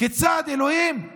כיצד, אלוהים, איך?